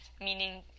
meaning